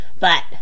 But